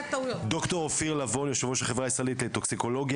ד"ר אופיר לבון יושב ראש החברה הישראלית לטוקסיקולוגיה,